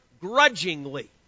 grudgingly